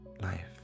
life